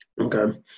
Okay